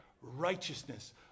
righteousness